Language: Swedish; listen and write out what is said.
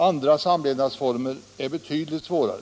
Andra samlevnadsformer är betydligt svårare.